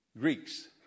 Greeks